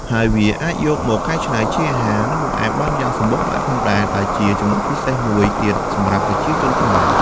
ហើយវាអាចយកមកកែច្នៃជាអាហារ និងបង្អែមបានយ៉ាងសម្បូរបែបផងដែរ ដែលជាចំណុចពិសេសមួយទៀតសម្រាប់ប្រជាជនខ្មែរ។